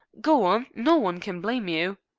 go on. no one can blame you.